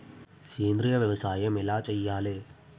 సేంద్రీయ వ్యవసాయం ఎలా చెయ్యాలే?